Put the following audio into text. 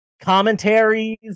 commentaries